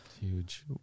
huge